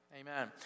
amen